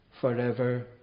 forever